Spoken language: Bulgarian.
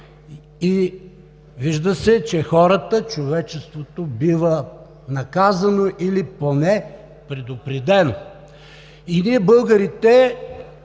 Вижда се, че хората, човечеството, бива наказано или поне предупредено. Ние, българите,